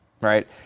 Right